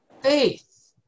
faith